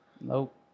nope